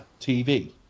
TV